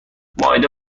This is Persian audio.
مائده